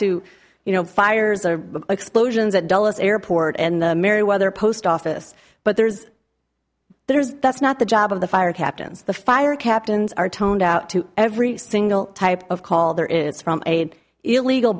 to you know fires or explosions at dulles airport and the merryweather post office but there's there's that's not the job of the fire captains the fire captains are toned out to every single type of call there is from aid illegal